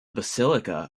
basilica